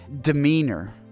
demeanor